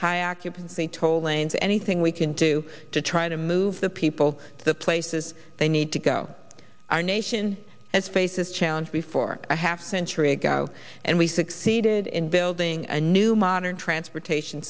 high occupancy toll lanes anything we can do to try to move the people to the places they need to go our nation has faces challenge before a half century ago and we succeeded in building a new modern transportation